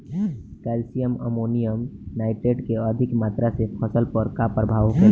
Calcium ammonium nitrate के अधिक मात्रा से फसल पर का प्रभाव होखेला?